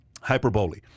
hyperbole